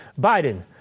Biden